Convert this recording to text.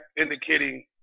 indicating